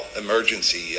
emergency